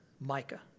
Micah